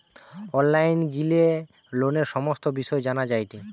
online গিলে লোনের সমস্ত বিষয় জানা যায়টে